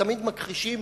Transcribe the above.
ותמיד מכחישים,